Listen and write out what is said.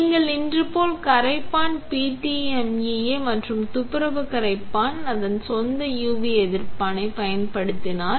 நீங்கள் இன்று போல் கரைப்பான் PTMEA மற்றும் துப்புரவு கரைப்பான் அதன் சொந்த UV எதிர்ப்பை பயன்படுத்தினால்